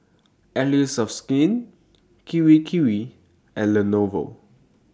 Allies of Skin Kirei Kirei and Lenovo